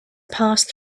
passed